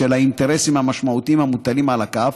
בשל האינטרסים המשמעותיים המוטלים על הכף: